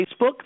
facebook